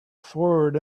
forward